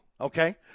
okay